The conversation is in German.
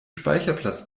speicherplatz